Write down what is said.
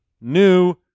new